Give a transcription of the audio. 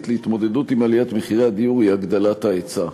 להתמודדות עם עליית מחירי הדיור היא הגדלת ההיצע.